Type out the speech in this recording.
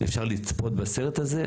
אפשר לצפות בסרט הזה.